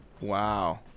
Wow